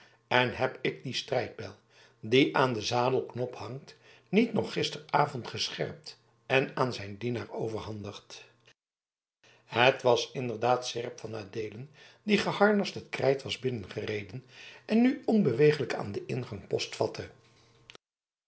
en heb ik dien strijdbijl die aan den zadelknop hangt niet nog gisteravond gescherpt en aan zijn dienaar overhandigd het was inderdaad seerp van adeelen die geharnast het krijt was binnengereden en nu onbeweeglijk aan den ingang post vatte